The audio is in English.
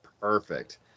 Perfect